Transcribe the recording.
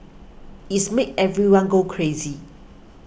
it's made everyone go crazy